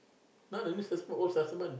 not the new testament old testament